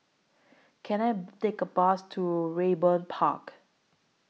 Can I Take A Bus to Raeburn Park